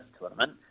tournament